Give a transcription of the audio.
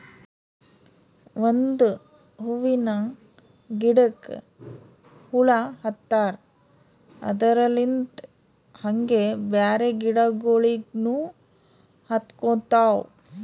ಒಂದ್ ಹೂವಿನ ಗಿಡಕ್ ಹುಳ ಹತ್ತರ್ ಅದರಲ್ಲಿಂತ್ ಹಂಗೆ ಬ್ಯಾರೆ ಗಿಡಗೋಳಿಗ್ನು ಹತ್ಕೊತಾವ್